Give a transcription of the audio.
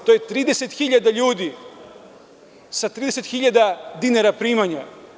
To je 30.000 ljudi sa 30.000 dinara primanja.